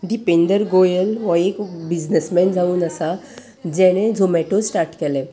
दिपेंदर गोयल हो एक बिजनसमॅन जावन आसा जेणे झोमेटो स्टार्ट केलें